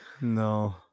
No